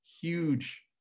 huge